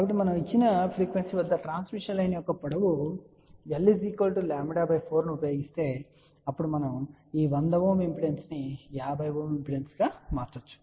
కాబట్టి మనం ఇచ్చిన ఫ్రీక్వెన్సీ వద్ద ట్రాన్స్మిషన్ లైన్ యొక్క పొడవు l λ 4 ను ఉపయోగిస్తే అప్పుడు మనం ఈ 100 Ω ఇంపిడెన్స్ను 50 Ω ఇంపిడెన్స్గా మార్చవచ్చు